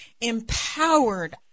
empowered